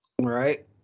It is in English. Right